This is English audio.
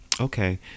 Okay